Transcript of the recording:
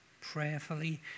prayerfully